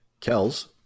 Kells